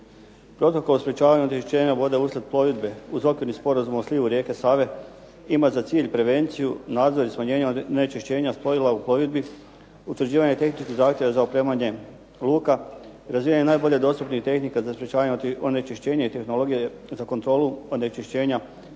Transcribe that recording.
Protokol o sprječavanju onečišćenja voda uslijed plovidbe uz Okvirni sporazum o slivu rijeke Save ima za cilj prevenciju, nadzor i smanjenje onečišćenja .../Govornik se ne razumije./... u plovidbi, utvrđivanje tehničkih zahtjeva za opremanje luka i razvijanje najbolje dostupnih tehnika za sprječavanje onečišćenja i tehnologija za kontrolu onečišćenja voda